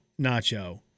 nacho